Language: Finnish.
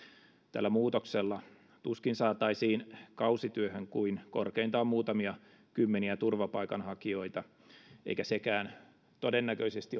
tällä muutoksella tuskin saataisiin kausityöhön kuin korkeintaan muutamia kymmeniä turvapaikanhakijoita eikä sekään todennäköisesti onnistuisi